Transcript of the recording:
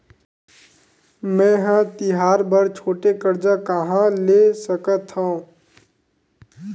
मेंहा तिहार बर छोटे कर्जा कहाँ ले सकथव?